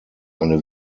eine